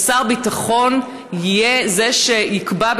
ששר ביטחון יהיה זה שיקבע,